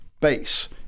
base